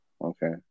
okay